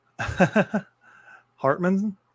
Hartman